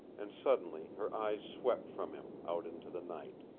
and suddenly her eyes swept from him out into the night.